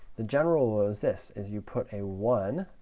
the general is this, is you put a one